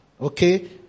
Okay